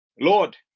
Lord